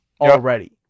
already